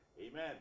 Amen